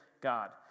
God